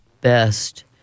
best